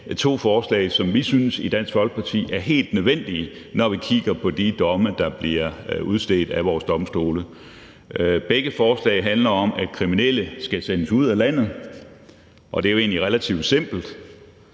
to forslag, som vi i Dansk Folkeparti synes er helt nødvendige, når vi kigger på de domme, der bliver afsagt af vores domstole. Begge forslag handler om, at kriminelle skal sendes ud af landet, og det er jo egentlig relativt simpelt,